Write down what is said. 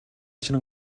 чинь